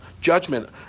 judgment